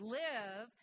live